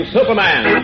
Superman